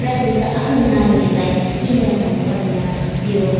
प्रायः जस्तो आफ्नो नानीहरूलाई किनेर खुवाउनु पर्दैन त्यो